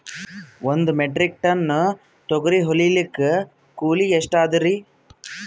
ಒಂದ್ metric ton ತೊಗರಿ ಹೋಯಿಲಿಕ್ಕ ಕೂಲಿ ಎಷ್ಟ ಅದರೀ?